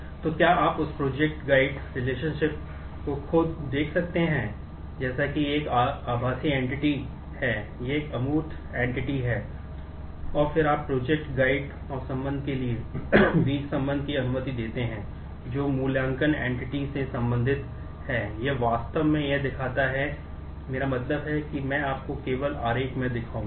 तो क्या आप उस प्रोजेक्ट से संबंधित है यह वास्तव में यह दिखाता है मेरा मतलब है कि मैं आपको केवल आरेख में दिखाऊंगा